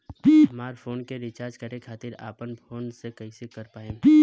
हमार फोन के रीचार्ज करे खातिर अपने फोन से कैसे कर पाएम?